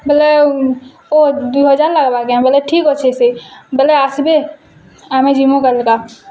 ବେଲେ ଓ ଦୁଇ ହଜାର୍ ଲାଗ୍ବା କେଁ ବୋଲେ ଠିକ୍ ଅଛେ ସେ ବେଲେ ଆସବେ ଆମେ ଯିମୁଁ କଲକତା